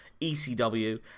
ECW